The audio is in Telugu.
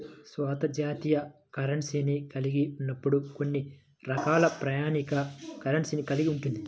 స్వంత జాతీయ కరెన్సీని కలిగి ఉన్నప్పుడు కొన్ని రకాల ప్రామాణిక కరెన్సీని కలిగి ఉంటది